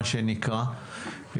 מה שנקרא,